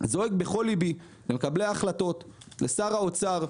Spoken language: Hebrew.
זועק בכל ליבי למקבלי ההחלטות, לשר האוצר.